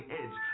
edge